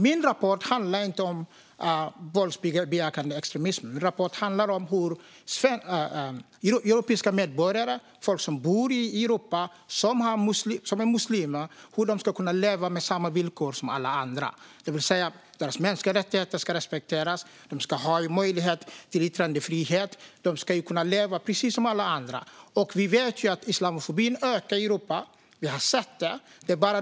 Min rapport handlar inte om våldsbejakande extremism. Den handlar om hur europeiska medborgare, människor som bor i Europa och som är muslimer, ska kunna leva under samma villkor som alla andra. Det handlar om hur deras mänskliga rättigheter ska respekteras. De ska ha yttrandefrihet och kunna leva precis som alla andra. Vi vet att islamofobin ökar i Europa. Det har vi sett.